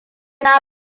na